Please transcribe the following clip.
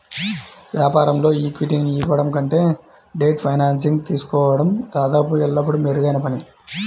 వ్యాపారంలో ఈక్విటీని ఇవ్వడం కంటే డెట్ ఫైనాన్సింగ్ తీసుకోవడం దాదాపు ఎల్లప్పుడూ మెరుగైన పని